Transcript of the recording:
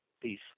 Peace